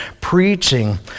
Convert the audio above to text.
preaching